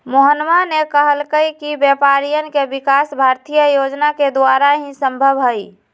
मोहनवा ने कहल कई कि व्यापारियन के विकास भारतीय योजना के द्वारा ही संभव हई